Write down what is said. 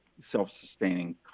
self-sustaining